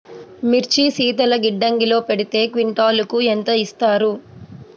మిర్చి శీతల గిడ్డంగిలో పెడితే క్వింటాలుకు ఎంత ఇస్తారు?